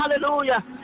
Hallelujah